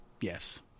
Yes